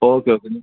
okay okay